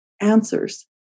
answers